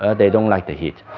ah they don't like the heat,